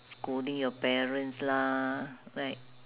scolding your parents lah right